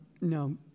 No